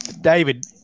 David